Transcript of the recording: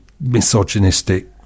misogynistic